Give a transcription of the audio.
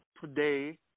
today